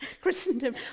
Christendom